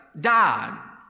died